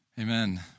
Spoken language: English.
Amen